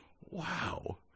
Wow